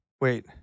Wait